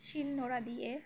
শিলনোড়া দিয়ে